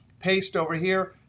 paste over here,